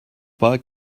pas